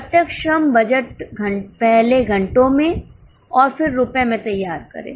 प्रत्यक्ष श्रम बजट पहले घंटों में और फिर रुपये में तैयार करें